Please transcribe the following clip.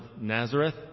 Nazareth